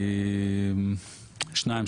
שני בתי